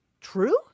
true